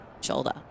shoulder